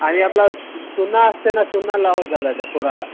आणि आपला च चुना असते ना चुना लावत जा त्याच्या खुराला